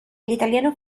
italiano